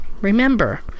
remember